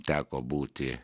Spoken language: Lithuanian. teko būti